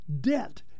debt